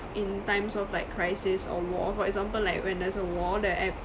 in times of like crisis or war for example like when there's a war the act